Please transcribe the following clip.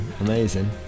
amazing